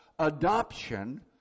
Adoption